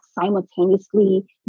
simultaneously